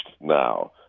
now